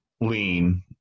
lean